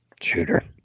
Shooter